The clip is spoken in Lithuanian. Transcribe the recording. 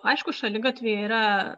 aišku šaligatviai yra